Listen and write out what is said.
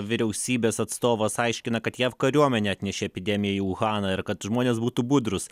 vyriausybės atstovas aiškina kad jav kariuomenė atnešė epidemiją į uhaną ir kad žmonės būtų budrūs